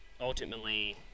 Ultimately